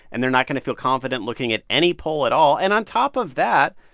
and they're not going to feel confident looking at any poll at all. and on top of that,